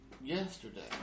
yesterday